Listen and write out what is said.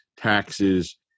taxes